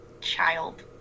child